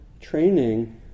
training